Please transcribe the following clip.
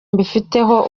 mbifiteho